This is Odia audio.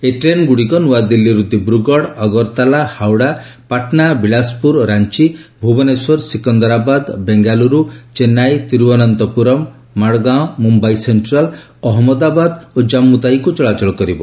ଏହି ଟ୍ରେନ୍ଗୁଡ଼ିକ ନୁଆଦିଲ୍ଲୀରୁ ଦିବ୍ରୁଗଡ଼ ଅଗରତାଲା ହାଓଡ଼ା ପାଟନା ବିଳାଶପୁର ରାଞ୍ଚି ଭୁବନେଶ୍ୱର ସିକନ୍ଦରାବାଦ ବେଙ୍ଗାଲ୍ରରୁ ଚେନ୍ବାଇ ତିରୁବନନ୍ତପୁରମ୍ ମାଡ଼ଗାଓଁ ମୁମ୍ୟାଇ ସେଷ୍ଟ୍ରାଲ୍ ଅହମ୍ମଦାବାଦ ଓ ଜାମ୍ମୁତାଓ୍ୱିକୁ ଚଳାଚଳ କରିବ